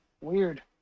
Weird